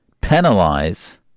penalize